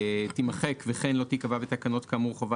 תימחק "וכן לא תיקבע בתקנות כאמור חובה